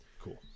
Cool